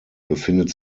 befindet